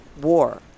war